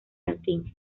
latín